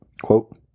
quote